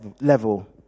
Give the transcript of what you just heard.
level